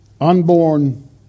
unborn